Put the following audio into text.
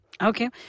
Okay